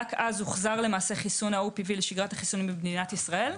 רק אז הוחזר חיסון ה-OPV לשגרת החיסונים במדינת ישראל.